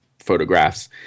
photographs